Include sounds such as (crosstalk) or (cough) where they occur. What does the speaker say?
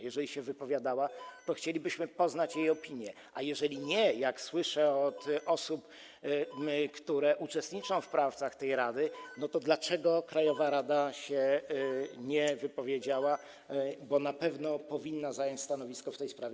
Jeżeli się wypowiadała, to chcielibyśmy poznać jej opinię, a jeżeli nie, (noise) co słyszę od osób, które uczestniczą w pracach tej rady, to powstaje pytanie, dlaczego krajowa rada się nie wypowiedziała, bo na pewno powinna zająć stanowisko w tej sprawie.